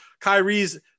Kyrie's